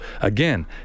again